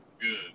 good